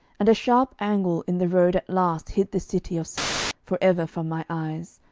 and a sharp angle in the road at last hid the city of s for ever from my eyes,